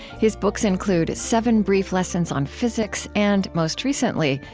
his books include seven brief lessons on physics and, most recently,